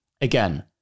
Again